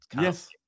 yes